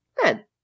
Good